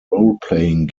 roleplaying